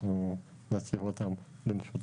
בהמשך אנחנו נציג בהם במשותף